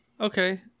Okay